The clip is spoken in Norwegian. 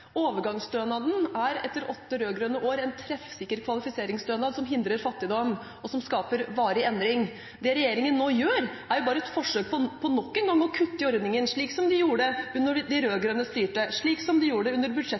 Overgangsstønaden er, etter åtte rød-grønne år, en treffsikker kvalifiseringsstønad som hindrer fattigdom, og som skaper varig endring. Det regjeringen nå gjør, er bare et forsøk på nok en gang å kutte i ordningen, slik som man gjorde da de rød-grønne styrte, slik som man gjorde under